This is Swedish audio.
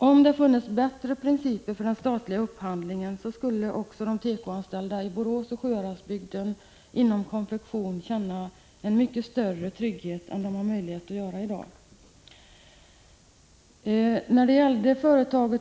Om det funnes bättre principer för den statliga upphandlingen, skulle de tekoanställda i Borås och Sjuhäradsbygden kunna känna mycket större trygghet än de har möjlighet att göra i dag.